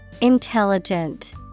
Intelligent